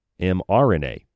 mRNA